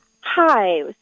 Hi